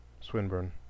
Swinburne